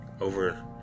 over